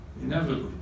inevitably